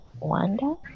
Wanda